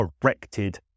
corrected